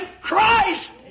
Christ